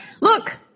look